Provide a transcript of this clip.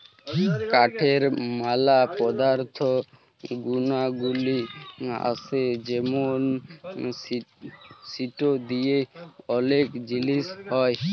কাঠের ম্যালা পদার্থ গুনাগলি আসে যেমন সিটো দিয়ে ওলেক জিলিস হ্যয়